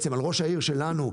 על ראש העיר שלנו,